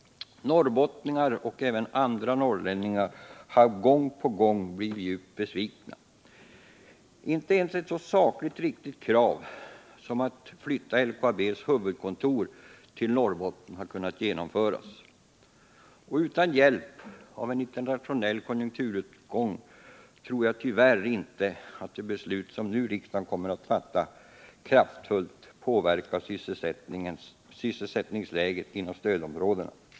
Norrbottningar och även andre norrlänningar har gång på gång blivit djupt besvikna. Inte ens ett så sakligt riktigt krav som att flytta LKAB:s huvudkontor till Norrbotten har kunnat genomföras. Utan hjälp av en internationell konjunkturuppgång tror jag tyvärr inte att det beslut som riksdagen nu kommer att fatta kraftfullt påverkar sysselsättningsläget inom stödområdena.